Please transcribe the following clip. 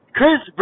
Chris